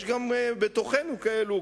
יש גם בתוכנו כאלו,